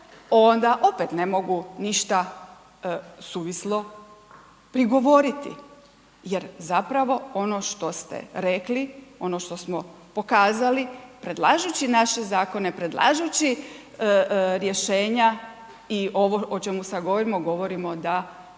onda opet ne mogu ništa suvislo prigovoriti jer zapravo ono što ste rekli, ono što smo pokazali predlažući naše zakone, predlažući rješenja i ovo o čemu sad govorimo, govorimo da